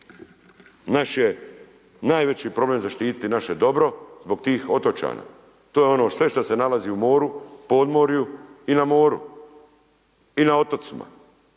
naš je najveći problem zaštiti naše dobro zbog tih otočana. To je ono sve što se nalazi u moru podmorju i na moru i na otocima.